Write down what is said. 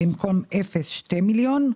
במקום 0 2,000,